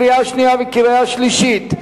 קריאה שנייה וקריאה שלישית.